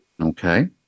Okay